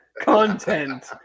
content